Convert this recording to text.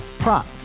Prop